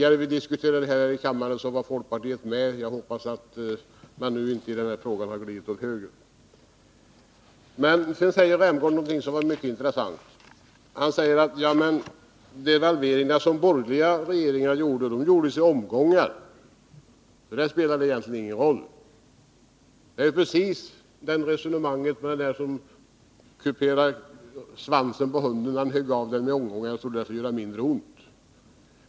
När vi diskuterade tidigare var folkpartiet med — jag hoppas att man inte numera har glidit åt höger. Sedan sade Rolf Rämgård att devalveringarna som de borgerliga regeringarna genomförde gjordes i omgångar. Det spelar väl egentligen ingen roll. Det är precis samma resonemang som han förde som kuperade svansen på hunden en bit i taget så att det skulle göra mindre ont.